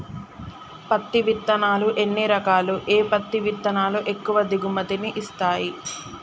పత్తి విత్తనాలు ఎన్ని రకాలు, ఏ పత్తి విత్తనాలు ఎక్కువ దిగుమతి ని ఇస్తాయి?